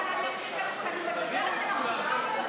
פשוט אישה רעה.